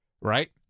Right